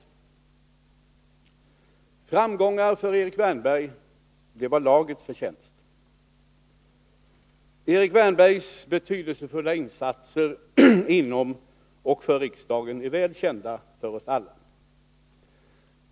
Framgångar för Erik Wärnberg var lagets förtjänst. Erik Wärnbergs betydelsefulla insatser inom och för riksdagen är väl kända för oss alla.